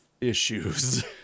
issues